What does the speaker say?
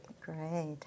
Great